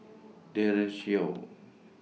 Daren Shiau